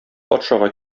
патшага